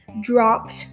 dropped